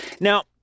Now